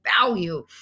value